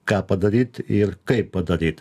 ką padaryt ir kaip padaryt